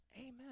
amen